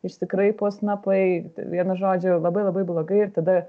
išsikraipo snapai vienu žodžiu labai labai blogai ir tada